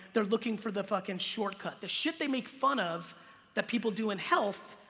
they're looking for the fucking short cut. the shit they make fun of that people do in health,